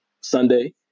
sunday